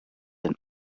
and